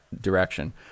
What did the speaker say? direction